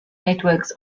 networks